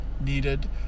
needed